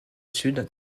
sud